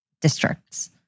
districts